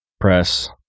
press